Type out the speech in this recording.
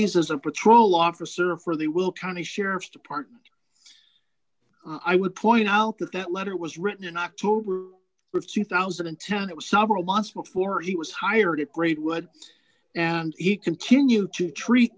es as a patrol officer for the will county sheriff's department i would point out that that letter was written in october of two thousand and ten it was several months before he was hired at great wood and he continued to treat